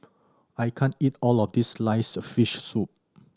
I can't eat all of this sliced fish soup